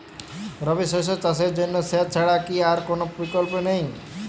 রবি শস্য চাষের জন্য সেচ ছাড়া কি আর কোন বিকল্প নেই?